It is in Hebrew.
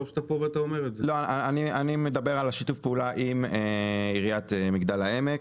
אני מדבר על שיתוף הפעולה עם עיריית מגדל העמק.